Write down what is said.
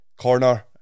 corner